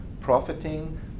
profiting